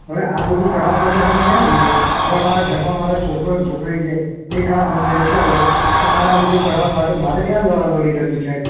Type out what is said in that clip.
હવે આ બધું કઢાવવા માટે અમે ક્યાં જઈએ હવે અમારા ઘરમાં મારે છોકરો અને છોકરી છે એ કામ ધંધે જતાં હોય તો મારે આ બધું કઢાવવા માટે મારે મારે ક્યાં દોડાદોડી કરવી સાહેબ